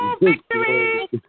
Victory